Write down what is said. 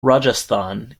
rajasthan